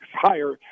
higher